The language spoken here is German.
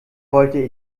wollte